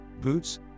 boots